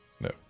No